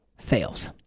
fails